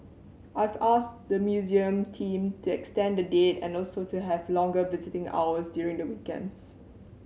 I've asked the museum team to extend the date and also to have longer visiting hours during the weekends